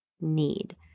need